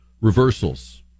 reversals